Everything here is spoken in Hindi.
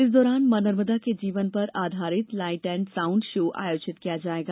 इस दौरान मां नर्मदा के जीवन पर आधारित लाईट एण्ड साउण्ड शो आयोजित किया जाएगा